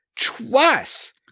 twice